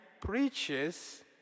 preaches